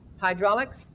hydraulics